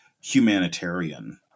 humanitarian